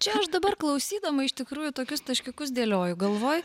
čia aš dabar klausydama iš tikrųjų tokius taškiukus dėlioju galvoj